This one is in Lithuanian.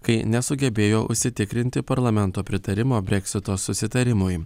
kai nesugebėjo užsitikrinti parlamento pritarimo breksito susitarimui